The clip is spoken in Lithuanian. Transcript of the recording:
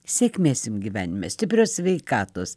sėkmės jum gyvenime stiprios sveikatos